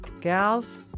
gals